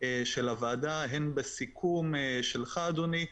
של הוועדה הן בסיכום שלך אדוני,